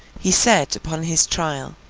he said, upon his trial,